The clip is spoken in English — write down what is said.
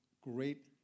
great